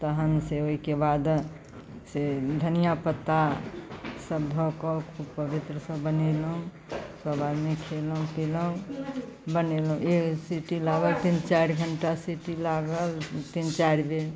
तहन से ओहिके बाद से धनिआ पत्तासब धऽ कऽ खूब पवित्रसँ बनेलहुँ सब आदमी खेलहुँ पिलहुँ बनेलहुँ एक सीटी लागल तीन चारि घण्टा सीटी लागल तिन चारि दिन